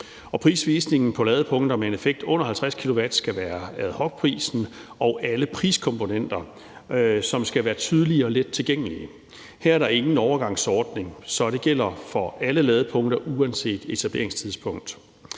Prisvisningen på ladepunkter med en effekt på under 50 kW skal være ad hoc-prisen, og alle priskomponenter skal være tydelige og let tilgængelige. Her er der ingen overgangsordning, så det gælder for alle ladepunkter uanset etableringstidspunkt.